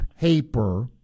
paper